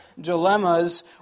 dilemmas